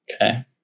Okay